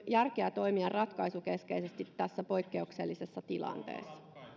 järkeä toimia ratkaisukeskeisesti tässä poikkeuksellisessa tilanteessa